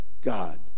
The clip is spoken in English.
God